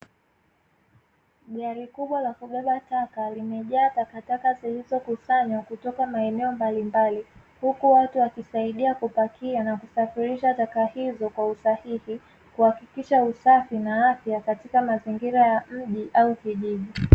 Gari kubwa la kubeba taka, limejaa takataka zilizokusanywa kutoka maeneo mbalimbali, huku watu wakisaidia kupakia na kusafirisha taka hizo kwa usahihi, kuhakikisha usafi na afya katika mazingira ya mji au kijiji.